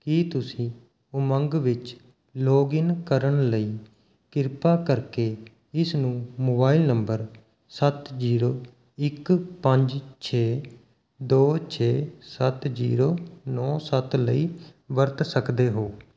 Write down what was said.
ਕੀ ਤੁਸੀਂ ਉਮੰਗ ਵਿੱਚ ਲੋਗਿਨ ਕਰਨ ਲਈ ਕਿਰਪਾ ਕਰਕੇ ਇਸ ਨੂੰ ਮੋਬਾਈਲ ਨੰਬਰ ਸੱਤ ਜ਼ੀਰੋ ਇੱਕ ਪੰਜ ਛੇ ਦੋ ਛੇ ਸੱਤ ਜ਼ੀਰੋ ਨੌ ਸੱਤ ਲਈ ਵਰਤ ਸਕਦੇ ਹੋ